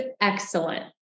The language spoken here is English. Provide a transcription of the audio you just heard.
excellent